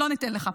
לא ניתן לך.